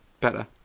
better